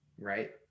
Right